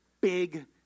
big